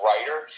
writer